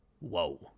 Whoa